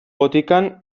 botikan